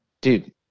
dude